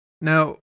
Now